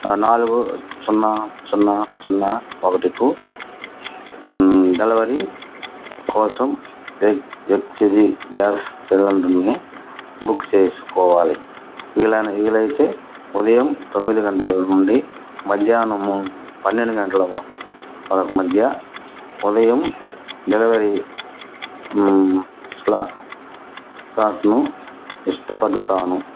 నాలుగు సున్నా సున్నా సున్నా ఒకటికు డెలివరీ కోసం ఎకెజీ గ్యాస్ సిలిండర్ను బుక్ చేసుకోవాలి వీలైనా వీలైతే ఉదయం తొమ్మిది గంటల నుండి మధ్యాహ్నం పన్నెండు గంటల వరకు మధ్య ఉదయం డెలివరీ స్లా స్లాట్ను ఇష్టపడతాను